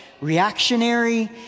reactionary